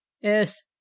Yes